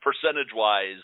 percentage-wise